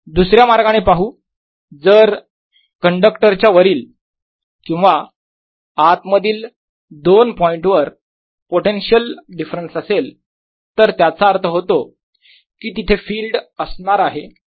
दुसऱ्या मार्गाने पाहू जर कंडक्टरच्या वरील किंवा आत मधील दोन पॉईंट वर पोटेन्शियल डिफरेन्स असेल तर त्याचा अर्थ होतो की तिथे फील्ड असणार आहे